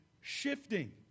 shifting